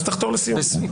אז תחתור לסיום.